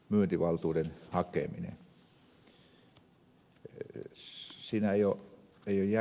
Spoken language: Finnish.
siinä ei ole järjen hiventä